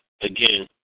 again